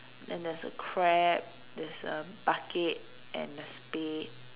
and there's a crab there's a bucket and a spade